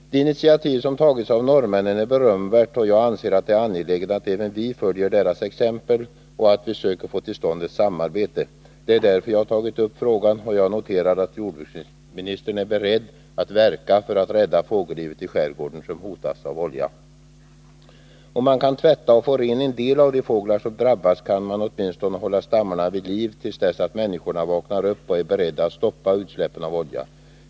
De initiativ som har tagits av norrmännen är berömvärda, och jag anser det angeläget att även vi följer deras exempel och att vi försöker få till stånd ett samarbete. Det är därför som jag har tagit upp frågan, och jag noterar att jordbruksministern är beredd att verka för att rädda fågellivet i skärgården som hotas av olja. Om man kan tvätta en del av de fåglar som drabbats och få dem rena, kan man åtminstone hålla stammarna vid liv, tills människorna vaknar upp och är beredda att stoppa utsläppen av olja.